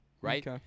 right